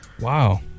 Wow